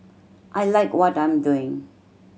I like what I'm doing